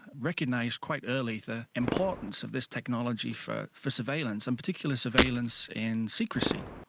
recognised quite early the importance of this technology for for surveillance, in particular surveillance in secrecy,